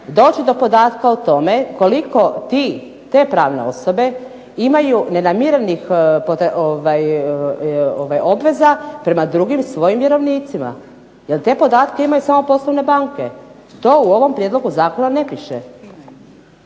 doći do podatka o tome koliko ti, te pravne osobe imaju nenamirenih obveza prema drugim svojim vjerovnicima, jer te podatke imaju samo poslovne banke. To u ovom prijedlogu zakona ne piše.